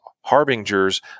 harbingers